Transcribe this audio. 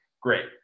Great